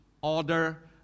order